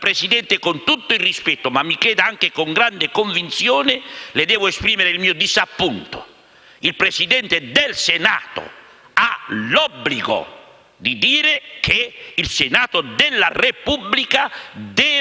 ha l'obbligo di dire che il Senato della Repubblica deve valutare le manovre finanziarie. Deve avere l'intera prerogativa